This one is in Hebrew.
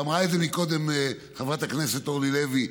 ואמרה את זה קודם חברת הכנסת אורלי לוי,